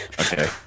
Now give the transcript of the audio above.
okay